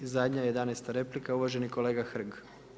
I zadnja 11. replika uvaženi kolega Hrg.